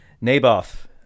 Naboth